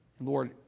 Lord